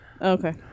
Okay